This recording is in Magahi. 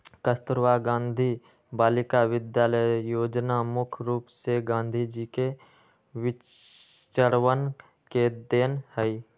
कस्तूरबा गांधी बालिका विद्यालय योजना मुख्य रूप से गांधी जी के विचरवन के देन हई